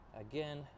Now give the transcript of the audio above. again